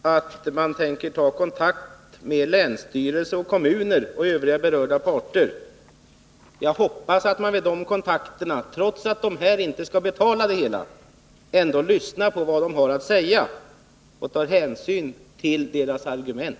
står att man tänker ta kontakt med länsstyrelsen, kommuner och övriga berörda parter. Jag hoppas att man vid de kontakterna, trots att dessa instanser inte skall betala det hela, lyssnar till vad de har att säga och tar hänsyn till deras argument.